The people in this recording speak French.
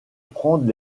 prendre